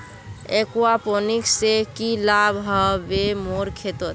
aquaponics से की लाभ ह बे मोर खेतोंत